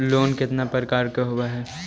Loan केतना प्रकार के होव हइ?